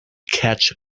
catch